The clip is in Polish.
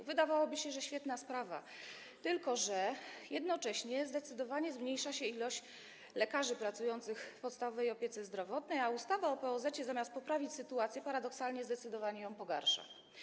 Wydawałoby się, że to jest świetna sprawa, tylko że jednocześnie zdecydowanie zmniejsza się ilość lekarzy pracujących w podstawowej opiece zdrowotnej, a ustawa o POZ, zamiast poprawić sytuację, paradoksalnie, zdecydowanie ją pogarsza.